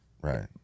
Right